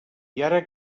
ara